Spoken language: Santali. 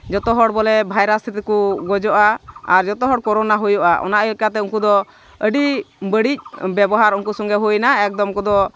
ᱡᱚᱛᱚᱦᱚᱲ ᱵᱚᱞᱮ ᱵᱷᱟᱭᱨᱟᱥ ᱨᱮᱠᱚ ᱜᱚᱡᱚᱜᱼᱟ ᱟᱨ ᱡᱚᱛᱚᱦᱚᱲ ᱠᱳᱨᱳᱱᱟ ᱦᱩᱭᱩᱜᱼᱟ ᱚᱱᱠᱟ ᱞᱮᱠᱟᱛᱮ ᱩᱱᱠᱩ ᱫᱚ ᱟᱹᱰᱤ ᱵᱟᱹᱲᱤᱡ ᱵᱮᱵᱚᱦᱟᱨ ᱩᱱᱠᱩ ᱥᱚᱝᱜᱮ ᱦᱩᱭᱱᱟ ᱮᱠᱫᱚᱢ ᱩᱱᱠᱩ ᱫᱚ